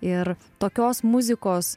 ir tokios muzikos